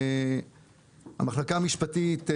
המחלקה המשפטית,